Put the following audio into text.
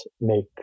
make